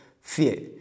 fear